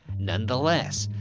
nonetheless,